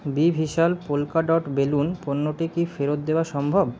B Vishal polka dot balloon পণ্যটি কি ফেরত দেওয়া সম্ভব